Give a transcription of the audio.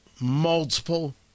Multiple